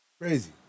Crazy